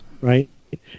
right